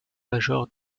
major